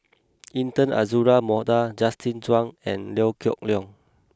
Intan Azura Mokhtar Justin Zhuang and Liew Geok Leong